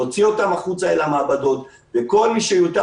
להוציא אותן החוצה אל המעבדות וכל מי שיאותר